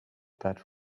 that